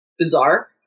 Bizarre